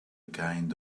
kind